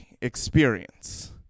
experience